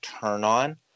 turn-on